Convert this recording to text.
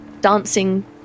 dancing